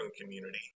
community